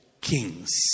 kings